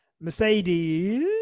Mercedes